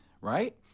right